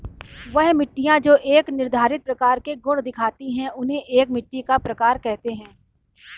वह मिट्टियाँ जो एक निर्धारित प्रकार के गुण दिखाती है उन्हें एक मिट्टी का प्रकार कहते हैं